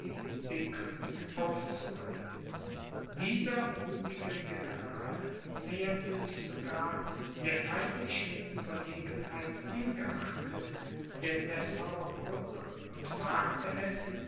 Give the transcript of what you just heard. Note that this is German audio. den könig aufzureiben dieser muthige general näherte sich sogar der feindlichen ueberlegenheit ungeachtet der dessauer brücke und wagte es